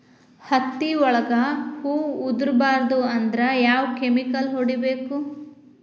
ಹತ್ತಿ ಒಳಗ ಹೂವು ಉದುರ್ ಬಾರದು ಅಂದ್ರ ಯಾವ ಕೆಮಿಕಲ್ ಹೊಡಿಬೇಕು?